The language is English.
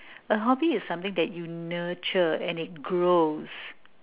a hobby is something that you nurture and it grows